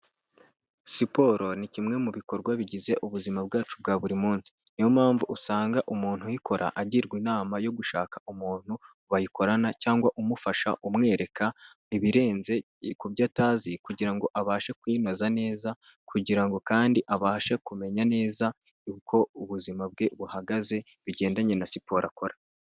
Siporo ni kimwe mu bikorwa bigize ubuzima bwacu bwa buri munsi. Niyo mpamvu usanga umuntu uyikora agirwa inama yo gushaka umuntu bayikorana cyangwa umufasha, umwereka ibirenze ku byo atazi, kugira ngo abashe kuyinoza neza, kugira ngo kandi abashe kumenya neza uko ubuzima bwe buhagaze, bigendanye na siporo akora.